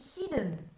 hidden